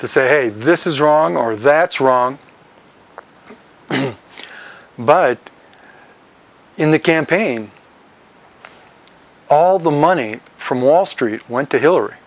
to say hey this is wrong or that's wrong but in the campaign all the money from wall street went to hillary